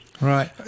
Right